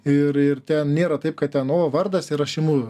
ir ir ten nėra taip kad ten o vardas ir aš imu